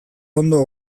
ondo